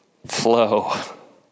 Flow